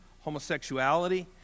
homosexuality